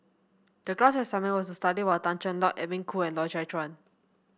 the class assignment was to study Tan Cheng Lock Edwin Koo and Loy Chye Chuan